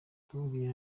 ndamubwira